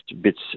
bits